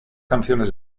canciones